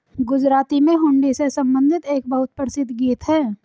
गुजराती में हुंडी से संबंधित एक बहुत प्रसिद्ध गीत हैं